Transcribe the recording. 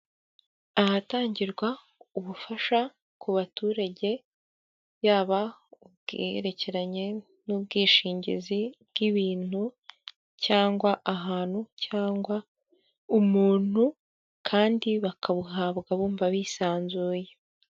Ahatangirwa ubufasha ku baturage yaba ubwerekeranye n'ubwishingizi bw'ibintu cyangwa ahantu cyangwa umuntu, kandi bakabuhabwa bumva bisanzuye.